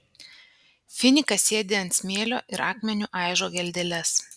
finikas sėdi ant smėlio ir akmeniu aižo geldeles